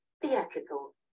theatrical